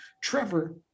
Trevor